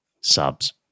subs